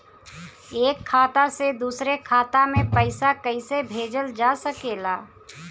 एक खाता से दूसरे खाता मे पइसा कईसे भेजल जा सकेला?